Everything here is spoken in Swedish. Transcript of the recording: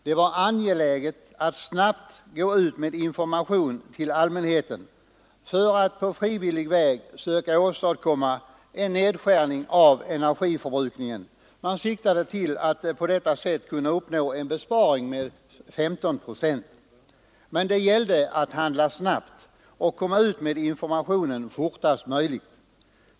Det var angeläget att snabbt gå ut med information till allmänheten för att på frivillig väg söka åstadkomma en nedskärning av energiförbrukningen. Man siktade till att på detta sätt kunna uppnå en besparing med 15 procent. Men det gällde att handla snabbt och att komma ut med informationen fortast möjligt.